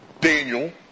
Daniel